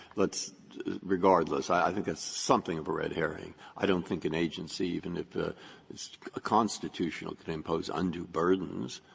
let's regardless, i think that's something of a red herring. i don't think an agency, even if it's ah constitutional, can impose undue burdens.